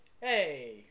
Hey